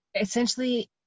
essentially